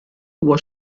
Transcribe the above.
was